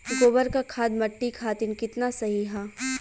गोबर क खाद्य मट्टी खातिन कितना सही ह?